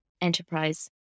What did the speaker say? enterprise